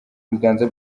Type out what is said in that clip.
biganza